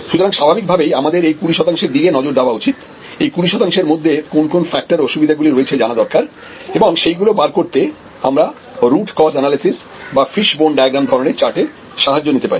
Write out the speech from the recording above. সুতরাং স্বাভাবিক ভাবেই আমাদের এই কুড়ি শতাংশের দিকে নজর দেওয়া উচিত এই কুড়ি শতাংশের মধ্যে কোন কোন ফ্যাক্টর ও অসুবিধাগুলো রয়েছে জানা দরকার এবং সেগুলো বার করতে আমরা রুট কজ অ্যানালিসিস বা ফিস বোন ডায়াগ্রাম ধরনের চার্ট এর সাহায্য নিতে পারি